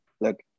look